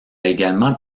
également